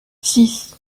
six